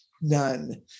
None